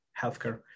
healthcare